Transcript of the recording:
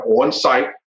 on-site